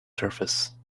surface